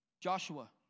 Joshua